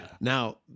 now